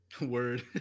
Word